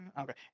okay